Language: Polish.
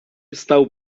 stał